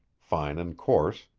fine and coarse,